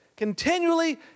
continually